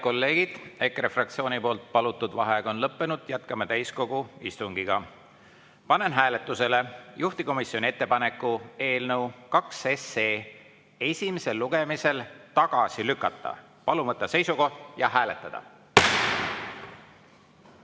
kolleegid! EKRE fraktsiooni poolt palutud vaheaeg on lõppenud, jätkame täiskogu istungiga. Panen hääletusele juhtivkomisjoni ettepaneku eelnõu 2 esimesel lugemisel tagasi lükata. Palun võtta seisukoht ja hääletada!